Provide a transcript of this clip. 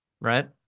right